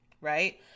Right